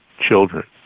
children